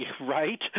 right